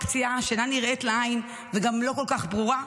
פציעה שאינה נראית לעין וגם לא כל כך ברורה,